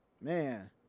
man